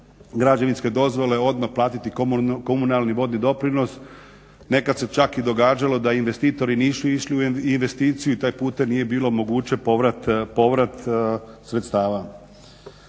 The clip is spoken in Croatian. građevinske dozvole odmah platiti komunalni vodni doprinos, nekad se čak i događalo da investitori nisu išli u investiciju i taj puta nije bilo moguće povrat sredstava.